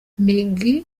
migi